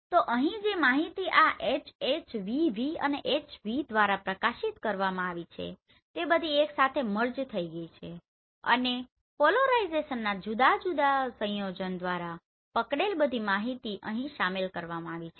તો અહીં જે માહિતી આ HHVV અને HV દ્વારા પ્રકાશિત કરવામાં આવી છે તે બધી એક સાથે મર્જ થઈ ગઈ છે અને પોલરાઇઝેશનના આ ત્રણ જુદા જુદા સંયોજન દ્વારા પકડેલ બધી માહિતી અહીં શામેલ કરવામાં આવી છે